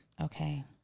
Okay